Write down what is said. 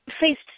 faced